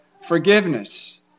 forgiveness